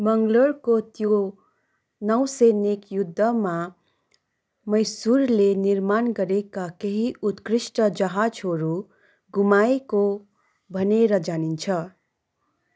मङ्गलोरको त्यो नौसैनिक युद्धमा मैसूरले निर्माण गरेका केही उत्कृष्ट जहाजहरू गुमाएको भनेर जानिन्छ